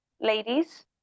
ladies